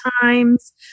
times